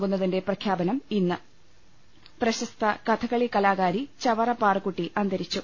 കുന്നതിന്റെ പ്രഖ്യാപനം ഇന്ന് പ്രശസ്ത കഥകളി കലാകാരി ചവറ പാറുക്കുട്ടി അന്തരിച്ചു